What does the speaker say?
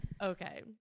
Okay